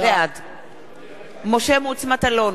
בעד משה מטלון,